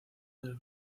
del